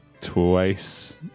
twice